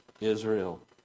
Israel